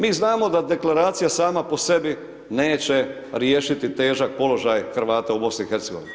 Mi znamo da Deklaracija sama po sebi neće riješiti težak položaja Hrvata u BiH.